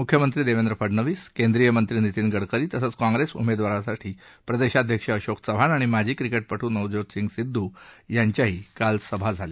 मुख्यमंत्री देवेंद्र फडनवीस केंद्रीय मंत्री नितीन गडकरी तसंच काँप्रेस उमेदवारासाठी प्रदेशाध्यक्ष अशोक चव्हाण आणि माजी क्रिकेटपटू नवज्योतसिंग सिद्धू यांच्याही काल सभा झाल्या